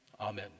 Amen